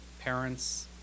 parents